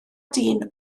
dyn